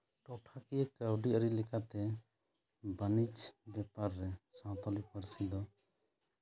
ᱴᱚᱴᱷᱟᱠᱤᱭᱟᱹ ᱠᱟᱹᱣᱰᱤᱟᱹᱨᱤ ᱞᱮᱠᱟᱛᱮ ᱵᱟᱹᱱᱤᱡᱽ ᱵᱮᱯᱟᱨ ᱨᱮ ᱥᱟᱱᱛᱟᱞᱤ ᱯᱟᱹᱨᱥᱤ ᱫᱚ